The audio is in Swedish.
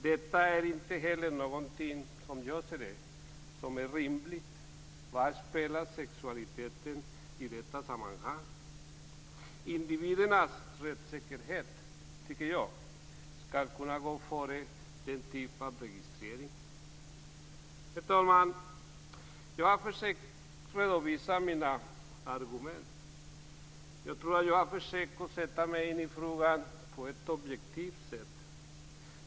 Detta är inte heller rimligt, som jag ser det. Vad spelar sexualiteten för roll i detta sammanhang? Jag tycker att individernas rättssäkerhet skall gå före denna typ av registrering. Herr talman! Jag har försökt redovisa mina argument. Jag tror att jag har försökt sätta mig in i frågan på ett objektivt sätt.